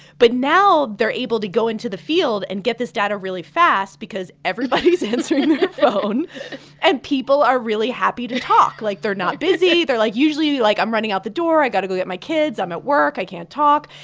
but now they're able to go into the field and get this data really fast because everybody is answering their phone and people are really happy to talk. like, they're not busy. they're, like, usually, like, i'm running out the door. i got to go get my kids. i'm at work. i can't talk.